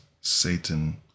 Satan